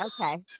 Okay